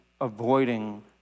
avoiding